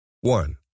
One